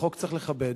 וחוק צריך לכבד.